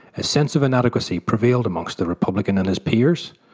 a sense of inadequacy prevailed amongst the republican and his peers,